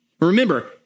Remember